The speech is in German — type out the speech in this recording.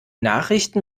nachrichten